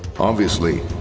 obviously,